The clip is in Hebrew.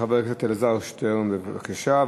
חבר הכנסת אלעזר שטרן, בבקשה.